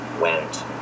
went